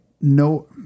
no